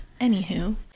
Anywho